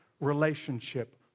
relationship